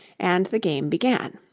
and the game began.